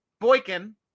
Boykin